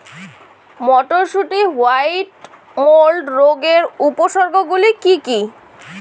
মটরশুটির white mould রোগের উপসর্গগুলি কী কী?